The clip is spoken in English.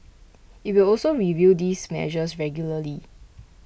it will also review these measures regularly